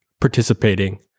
participating